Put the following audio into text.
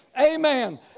Amen